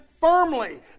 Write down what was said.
firmly